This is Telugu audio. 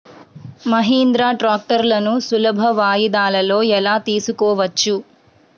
మహీంద్రా ట్రాక్టర్లను సులభ వాయిదాలలో ఎలా తీసుకోవచ్చు?